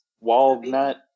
Walnut